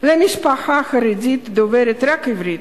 למשפחה חרדית הדוברת רק עברית.